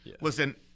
Listen